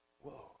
Whoa